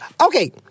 Okay